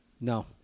No